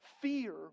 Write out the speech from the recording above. Fear